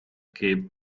gave